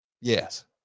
Yes